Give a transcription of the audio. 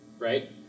Right